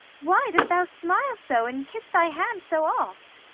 why dost thou smile so and kiss thy hand so oft?